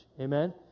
Amen